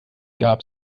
gab